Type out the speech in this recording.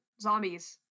Zombies